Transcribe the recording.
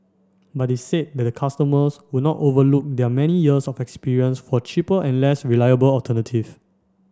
but they said that customers would not overlook their many years of experience for cheaper and less reliable alternative